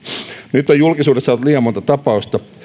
nyt on julkisuudessa ollut liian monta tapausta